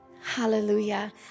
Hallelujah